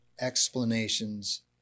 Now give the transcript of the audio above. explanations